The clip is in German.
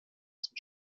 zum